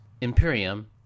Imperium